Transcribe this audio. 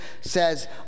says